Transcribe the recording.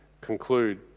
conclude